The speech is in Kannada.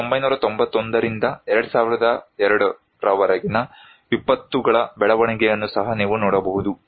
1991 ರಿಂದ 2002 ರವರೆಗಿನ ವಿಪತ್ತುಗಳ ಬೆಳವಣಿಗೆಯನ್ನು ಸಹ ನೀವು ನೋಡಬಹುದು